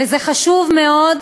וזה חשוב מאוד,